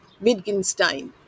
Wittgenstein